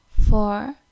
four